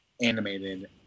animated